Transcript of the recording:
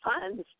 funds